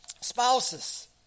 spouses